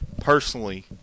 personally